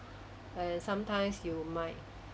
err sometimes you might